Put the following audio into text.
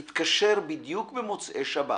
/ התקשר בדיוק במוצאי שבת,